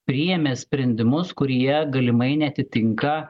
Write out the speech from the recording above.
priėmė sprendimus kurie galimai neatitinka